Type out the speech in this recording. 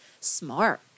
smart